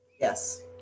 Yes